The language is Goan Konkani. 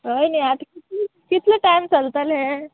हय न्ही आतां कितले कितले टायम चलतले हे